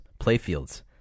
playfields